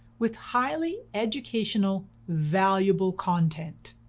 with highly educational, valuable content.